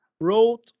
wrote